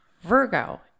Virgo